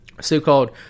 So-called